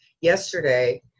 yesterday